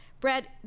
Brad